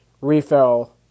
Refill